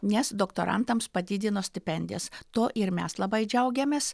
nes doktorantams padidino stipendijas tuo ir mes labai džiaugiamės